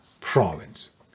province